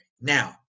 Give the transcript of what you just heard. Now